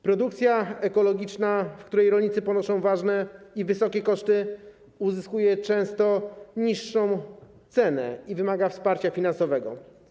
Produkcja ekologiczna, w której rolnicy ponoszą ważne i wysokie koszty, uzyskuje często niższą cenę i wymaga wsparcia finansowego.